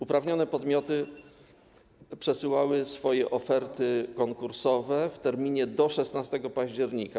Uprawnione podmioty przesyłały swoje oferty konkursowe w terminie do 16 października.